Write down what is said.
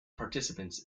participants